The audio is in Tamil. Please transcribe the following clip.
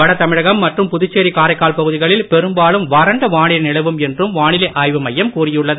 வடதமிழகம் மற்றும் புதுச்சேரி காரைக்கால் பகுதிகளில் பெரும்பாலும் வறண்ட வானிலை நிலவும் என்றும் வானிலை ஆய்வு மையம் கூறியுள்ளது